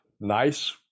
nice